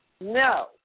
No